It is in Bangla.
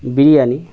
বিরিয়ানি